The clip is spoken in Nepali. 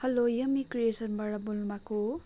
हेलो यम्मी क्रियसनबाट बोल्नुभएको हो